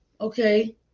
Okay